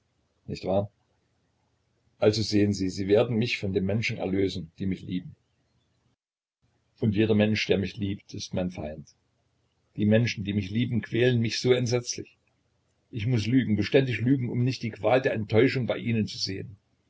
nicht wahr also sehen sie sie werden mich von den menschen erlösen die mich lieben und jeder mensch der mich liebt ist mein feind die menschen die mich lieben quälen mich so entsetzlich ich muß lügen beständig lügen um nicht die qual der enttäuschung bei ihnen zu sehen